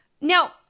Now